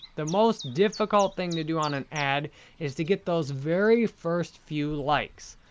the most difficult thing to do on an ad is to get those very first few likes.